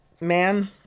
Man